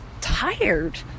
tired